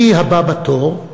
מי הבא בתור,